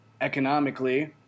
economically